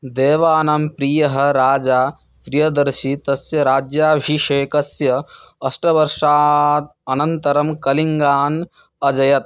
देवानां प्रियः राजा प्रियदर्शि तस्य राज्याभिषेकस्य अष्टवर्षात् अनन्तरं कलिङ्गान् अजयत्